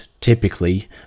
typically